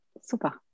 super